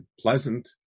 pleasant